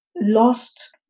lost